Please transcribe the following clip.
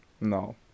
No